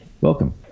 welcome